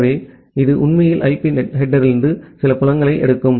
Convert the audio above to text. எனவே இது உண்மையில் ஐபி ஹெட்டெர்லிருந்து சில புலங்களை எடுக்கும்